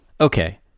Okay